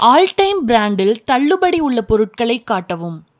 all-time ப்ராண்டில் தள்ளுபடி உள்ள பொருட்களை காட்டவும்